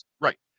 right